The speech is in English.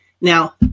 Now